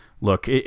look